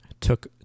Took